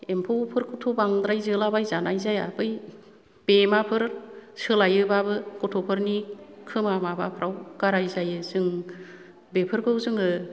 एम्फौफोरखौथ' बांद्राय जोला बायजानाय जाया बै बेमाफोर सोलायोबाबो गथ'फोरनि खोमा माबाफ्राव गाराय जायो जों बेफोरखौ जोङो